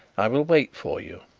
i will wait for you.